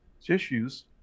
tissues